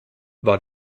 war